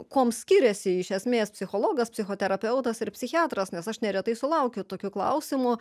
kuom skiriasi iš esmės psichologas psichoterapeutas ir psichiatras nes aš neretai sulaukiu tokių klausimų